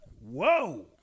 Whoa